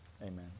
amen